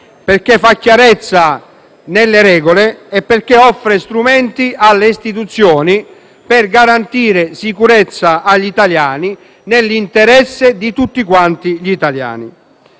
Paese, fa chiarezza sulle regole e offre strumenti alle Istituzioni per garantire sicurezza agli italiani, nell'interesse di tutti quanti i cittadini.